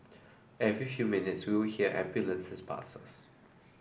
every few minutes we would hear ambulances pass us